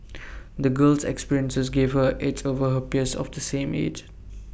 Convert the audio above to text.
the girl's experiences gave her edge over her peers of the same age